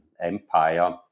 Empire